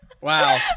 Wow